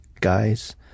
guys